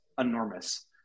enormous